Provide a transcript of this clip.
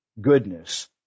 goodness